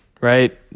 right